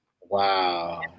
Wow